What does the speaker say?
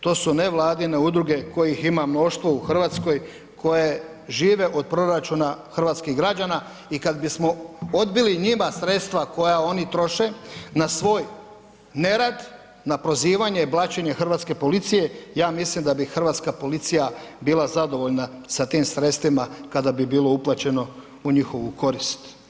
To su nevladine udruge kojih ima mnoštvo u Hrvatskoj, koje žive od proračuna hrvatskih građana i kad bismo odbili njima sredstva koja oni troše na svoj nerad, na prozivanje i blaćenje hrvatske policije, ja mislim da bi hrvatska policija bila zadovoljna sa tim sredstvima kada bi bilo uplaćeno u njihovu korist.